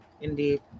Indeed